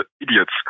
idiots